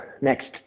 next